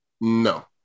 No